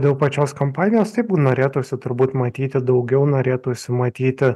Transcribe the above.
dėl pačios kampanijos taip norėtųsi turbūt matyti daugiau norėtųsi matyti